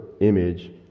image